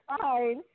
fine